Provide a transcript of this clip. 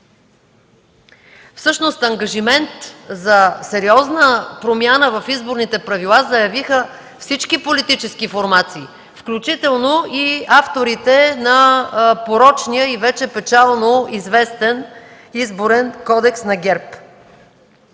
Всъщност ангажимент за сериозна промяна в изборните правила заявиха всички политически формации, включително и авторите на порочния и вече печално известен Изборен кодекс на ГЕРБ.